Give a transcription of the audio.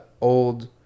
old